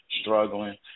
struggling